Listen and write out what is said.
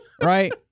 Right